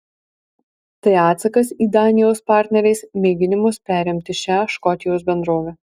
tai atsakas į danijos partnerės mėginimus perimti šią škotijos bendrovę